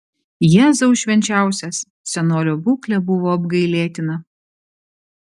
jėzau švenčiausias senolio būklė buvo apgailėtina